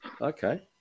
Okay